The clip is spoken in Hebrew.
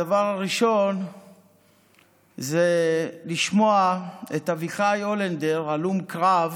הדבר הראשון זה לשמוע את אביחי הולנדר, הלום קרב,